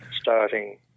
starting